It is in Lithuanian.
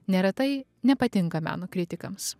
neretai nepatinka meno kritikams